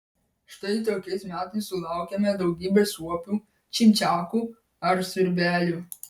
štai tokiais metais sulaukiame daugybės suopių čimčiakų ar svirbelių